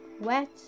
wet